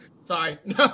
Sorry